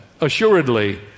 Assuredly